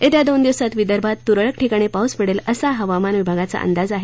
येत्या दोन दिवसात विदर्भात तूरळक ठिकाणी पाऊस पडेल असा हवामान विभागाचा अंदाज आहे